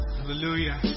Hallelujah